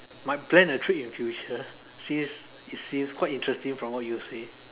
might plan a trip in future since it seems quite interesting from what you say